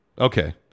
okay